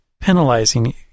penalizing